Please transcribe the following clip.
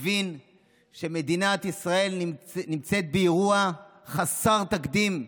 הבין שמדינת ישראל נמצאת באירוע חסר תקדים.